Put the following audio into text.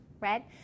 right